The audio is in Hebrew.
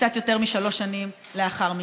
קצת יותר משלוש שנים לאחר מכן.